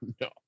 No